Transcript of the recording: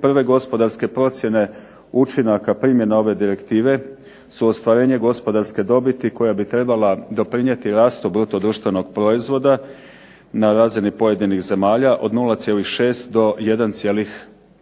prve gospodarske procjene učinaka primjene ove direktive su ostvarenje gospodarske dobiti koja bi trebala doprinijeti rastu BDP-a na razini pojedinih zemalja od 0,6 do 1,5%